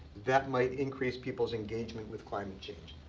that might increase people's engagement with climate change.